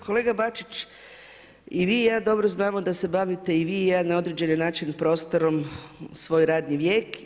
Kolega Bačić i vi i ja dobro znamo da se bavite i vi i ja na određeni način prostorom svoj radni vijek.